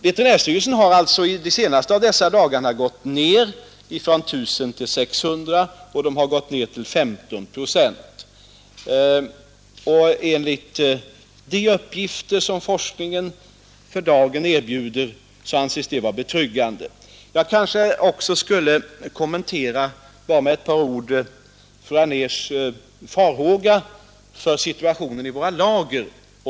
Veterinärstyrelsen har alltså i de senaste av dessa dagar gått ned från 1 000 till 600 och även gått ned till 15 procent, och enligt de uppgifter som forskningen för dagen erbjuder anses detta vara betryggande. Jag kanske också bara med ett par ord skulle kommentera fru Anérs farhåga för situationen i våra lager.